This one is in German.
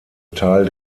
teil